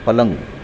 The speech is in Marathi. पलंग